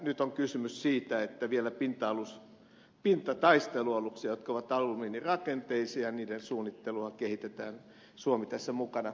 nyt on kysymys siitä että vielä pintataistelualusten jotka ovat alumiinirakenteisia suunnittelua kehitetään suomi tässä mukana